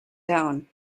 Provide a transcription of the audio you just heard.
down